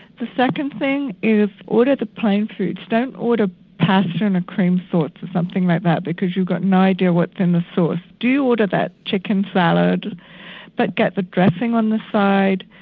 the second thing is order the plain foods, don't order pasta and a cream sauce or something like that because you've got no idea what's in the sauce. do order that chicken salad but get the dressing on the side.